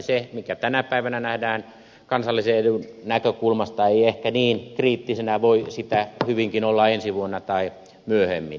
se mikä tänä päivänä nähdään kansallisen edun näkökulmasta ei ehkä niin kriittisenä voi sitä hyvinkin olla ensi vuonna tai myöhemmin